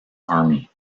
army